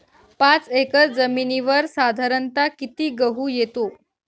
पाच एकर जमिनीवर साधारणत: किती गहू येतो?